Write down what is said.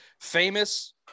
famous